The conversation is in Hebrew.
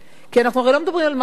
כי הרי אנחנו לא מדברים על מה שיהיה,